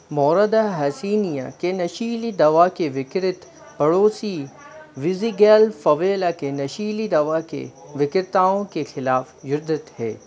मोरदा हसीनीया के नशीली दवा के विक्रेता पड़ोसी विज़िगैल फ़वेला के नशीली दवा के विक्रेताओं के खिलाफ़ युद्धरत थे